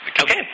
Okay